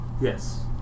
Yes